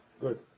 good –